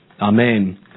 Amen